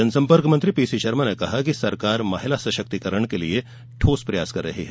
जनसम्पर्क मंत्री पीसी शर्मा ने कहा कि सरकार महिला सशक्तिकरण के लिए ठोस प्रयास कर रही है